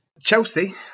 Chelsea